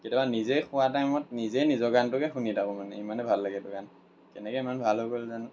কেতিয়াবা নিজে শোৱা টাইমত নিজেই নিজৰ গানটোকে শুনি থাকোঁ মানে ইমানে ভাল লাগে এইটো গান কেনেকৈ ইমান ভাল হৈ গ'ল জানো